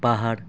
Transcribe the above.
पहाड